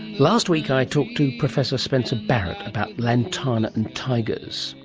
last week i talked to professor spencer barrett about lantana and tigers,